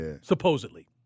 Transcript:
Supposedly